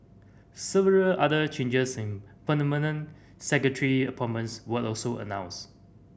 several other changes in secretary appointments were also announced